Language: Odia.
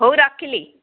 ହେଉ ରଖିଲି